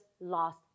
lost